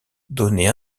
donné